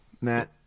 matt